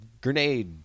grenade